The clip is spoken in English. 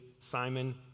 Simon